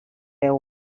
veu